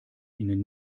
ihnen